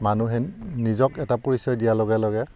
মানুহে নিজক এটা পৰিচয় দিয়াৰ লগে লগে